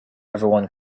everyone